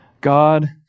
God